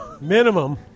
Minimum